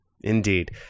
Indeed